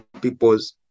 peoples